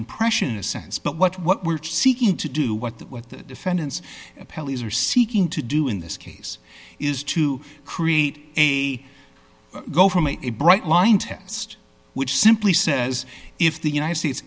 impression in a sense but what what we're seeking to do what the what the defendants pelleas are seeking to do in this case is to create a go from a a bright line test which simply says if the united states